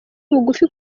bugufi